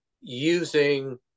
using